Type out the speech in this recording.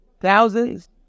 Thousands